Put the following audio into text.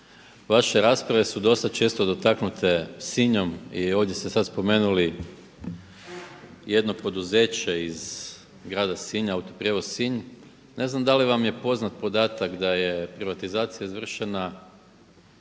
vaše rasprave su dosta često dotaknute Sinjom i ovdje ste sada spomenuli jedno poduzeće iz grada Sinja, Autoprijevoz Sinj, ne znam da li vam je poznat podatak da je privatizacija izvršena